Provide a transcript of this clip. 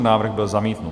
Návrh byl zamítnut.